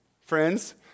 friends